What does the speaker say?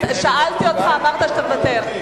שאלתי אותך, אמרת שאתה מוותר.